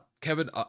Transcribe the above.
Kevin